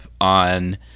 on